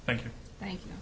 thank you thank you